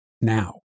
now